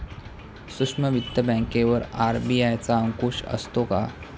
सूक्ष्म वित्त बँकेवर आर.बी.आय चा अंकुश असतो का?